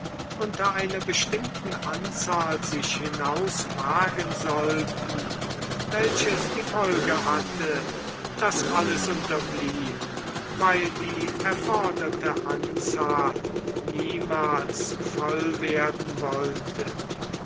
unter einer bestimmten anzahl sich hinauswagen sollten welches die folge hatte daß alles unterblieb weil die erforderte anzahl niemals voll werden wollte